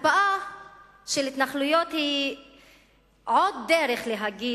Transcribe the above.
הקפאה של התנחלויות היא עוד דרך לומר